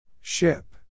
Ship